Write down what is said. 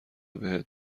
بهت